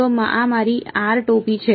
તો આ મારી આર ટોપી છે